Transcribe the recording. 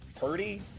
Purdy